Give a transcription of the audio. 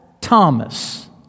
Thomas